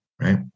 right